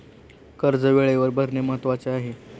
कर्ज वेळेवर भरणे महत्वाचे आहे